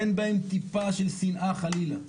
אין בהם טיפה של שנאה חלילה,